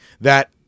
that-